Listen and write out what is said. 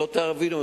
שלא תבינו לא נכון.